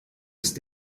ist